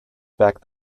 back